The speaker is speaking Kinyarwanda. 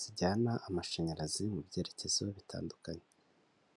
zijyana amashanyarazi mu byerekezo bitandukanye.